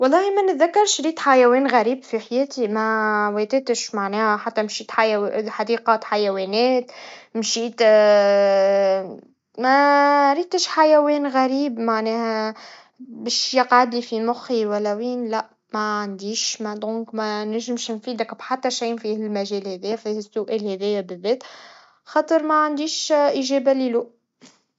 أغرب حيوان شفتو كان الكنغر في حديقة حيوانات. كان عنده شكل غريب وطريقة مشي مميزة. كانت تجربة مثيرة ومفيدة، وخلتني نحب الحيوانات أكثر. التعرف على الحيوانات المختلفة تعلمنا عن التنوع البيولوجي في العالم، وهذا يجعلنا نقدر الحياة أكثر.